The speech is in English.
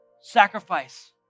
sacrifice